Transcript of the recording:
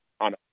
on